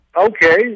Okay